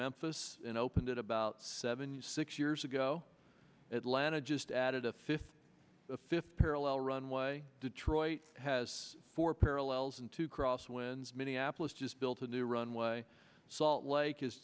memphis and opened it about seventy six years ago atlanta just added a fifth a fifth parallel runway detroit has four parallels into cross winds minneapolis just built a new runway salt lake is